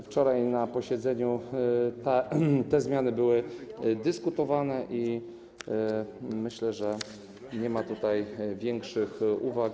Wczoraj na posiedzeniu te zmiany były przedyskutowane i myślę, że nie ma tutaj większych uwag.